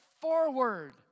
forward